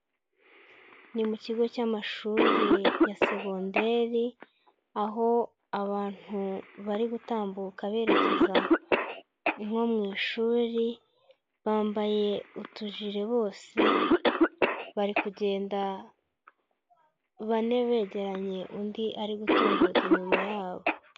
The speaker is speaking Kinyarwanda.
Ni mu kigo cy'amashuri ya segonderi aho abantu bari gutambuka berekeza nko mu ishuri, bambaye utujire bose bari kugenda bane begeranye undi ari gutunguruka inyuma yabo.